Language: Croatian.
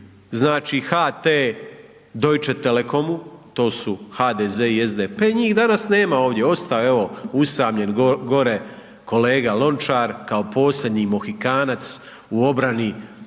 znači, HT Deutsche telekomu, to su HDZ i SDP, njih danas nema ovdje, ostao je evo usamljen gore kolega Lončar kao posljednji Mohikanac u obrani, znači,